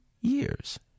years